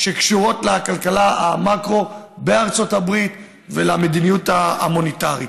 שקשורות לכלכלת המקרו בארצות הברית ולמדיניות המוניטרית.